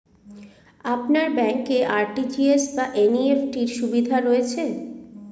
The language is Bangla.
আপনার ব্যাংকে আর.টি.জি.এস বা এন.ই.এফ.টি র সুবিধা রয়েছে?